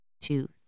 two